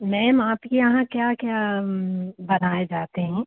ma'am आपके यहाँ क्या क्या बनाए जाते हैं